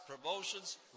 promotions